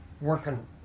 working